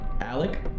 alec